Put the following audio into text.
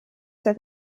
that